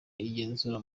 igenzura